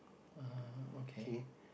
(uh huh) okay